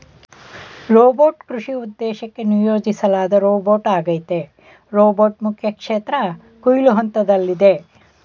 robot ಕೃಷಿ ಉದ್ದೇಶಕ್ಕೆ ನಿಯೋಜಿಸ್ಲಾದ ರೋಬೋಟ್ಆಗೈತೆ ರೋಬೋಟ್ ಮುಖ್ಯಕ್ಷೇತ್ರ ಕೊಯ್ಲು ಹಂತ್ದಲ್ಲಿದೆ